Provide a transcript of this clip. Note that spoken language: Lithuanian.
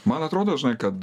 man atrodo žinai kad